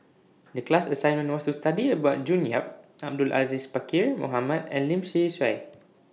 The class assignment was to study about June Yap Abdul Aziz Pakkeer Mohamed and Lim Swee Say